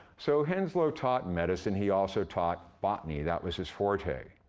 so henslow taught medicine. he also taught botany that was his forte.